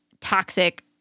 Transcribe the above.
toxic